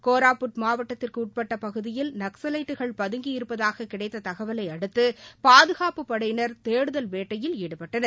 கோராபுட் மாவட்டத்திற்குட்பட்ட பகுதியில் நக்சவைட்டுக்ள பதங்கி இருப்பதாக கிடைத்த தகவலை அடுத்து பாதுகாப்புப் படையினர் தேடுதல் வேட்டையில் ஈடுபட்டனர்